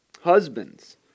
Husbands